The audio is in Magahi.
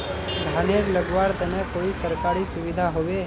धानेर लगवार तने कोई सरकारी सुविधा होबे?